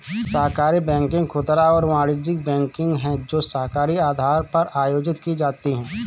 सहकारी बैंकिंग खुदरा और वाणिज्यिक बैंकिंग है जो सहकारी आधार पर आयोजित की जाती है